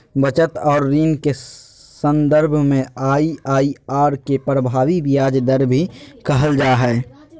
बचत और ऋण के सन्दर्भ में आइ.आइ.आर के प्रभावी ब्याज दर भी कहल जा हइ